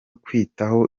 kwitaho